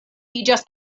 iĝas